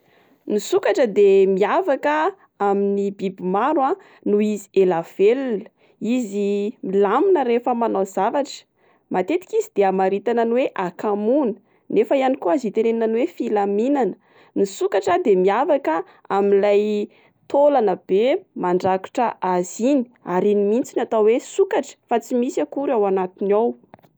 Ny sokatra de miavaka amin'ny biby maro a noho izy ela velona, izy milamina rehefa manao zavatra, matetika izy de hamaritana ny hoe akamoana nefa ihany koa azo itenenenana hoe filaminana, ny sokatra de miavaka amin'ilay tôlana be mandrakotra azy iny ary iny mihitsy no atao oe sokatra fa tsy misy akory ao anatiny ao.